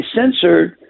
censored